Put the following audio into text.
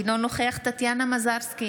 אינו נוכח טטיאנה מזרסקי,